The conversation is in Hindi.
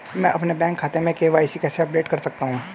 मैं अपने बैंक खाते में के.वाई.सी कैसे अपडेट कर सकता हूँ?